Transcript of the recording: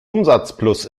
umsatzplus